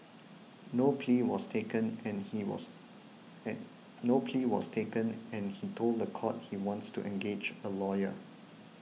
no plea was taken and he was and no plea was taken and he told the court he wants to engage a lawyer